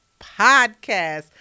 podcast